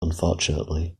unfortunately